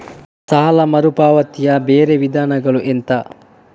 ಸಾಲ ಮರುಪಾವತಿಯ ಬೇರೆ ವಿಧಾನಗಳು ಎಂತ?